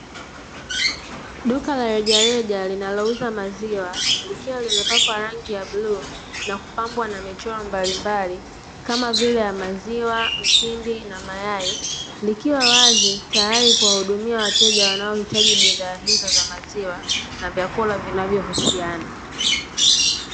Duka la rejareja linalouza maziwa, likiwa limepakwa rangi ya bluu na kupambwa na michoro mbalimbali kama vile ya maziwa, mtindi na mayai, likiwa wazi, tayari kuwahudumia wateja wanaohitaji bidhaa hizo za maziwa na vyakula vinavyohusiana.